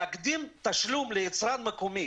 להקדים תשלום ליצרן מקומי